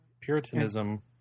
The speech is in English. puritanism